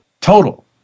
total